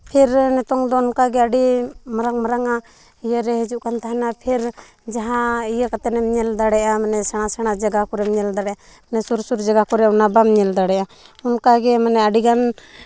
ᱯᱷᱤᱨ ᱱᱤᱛᱚᱝ ᱫᱚ ᱚᱱᱠᱟᱜᱮ ᱟᱹᱰᱤ ᱢᱟᱨᱟᱝ ᱢᱟᱨᱟᱝ ᱟᱸᱜ ᱤᱭᱟᱹᱨᱮ ᱦᱤᱡᱩᱜ ᱠᱟᱱ ᱛᱟᱦᱮᱱᱟ ᱯᱷᱤᱨ ᱡᱟᱦᱟᱸ ᱤᱭᱟᱹ ᱠᱟᱛᱮᱫ ᱮᱢ ᱧᱮᱞ ᱫᱟᱲᱮᱭᱟᱜᱼᱟ ᱢᱟᱱᱮ ᱥᱮᱬᱟ ᱥᱮᱬᱟ ᱡᱟᱭᱜᱟ ᱠᱚᱨᱮᱢ ᱧᱮᱞ ᱫᱟᱲᱮᱭᱟᱜᱼᱟ ᱥᱩᱨ ᱥᱩᱨ ᱡᱟᱭᱜᱟ ᱠᱚᱨᱮ ᱚᱱᱟ ᱵᱟᱢ ᱧᱮᱞ ᱫᱟᱲᱮᱭᱟᱜᱼᱟ ᱚᱱᱠᱟᱜᱮ ᱢᱟᱱᱮ ᱟᱹᱰᱤᱜᱟᱱ